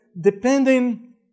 depending